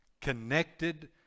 connected